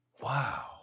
Wow